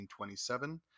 1927